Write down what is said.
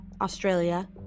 australia